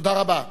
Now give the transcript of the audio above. תודה רבה.